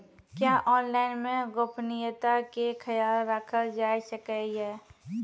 क्या ऑनलाइन मे गोपनियता के खयाल राखल जाय सकै ये?